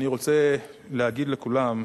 אני רוצה להגיד לכולם,